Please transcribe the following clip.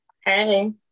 Hey